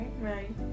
right